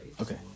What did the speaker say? Okay